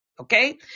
Okay